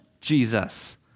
Jesus